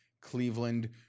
Cleveland